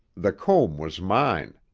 the comb was mine.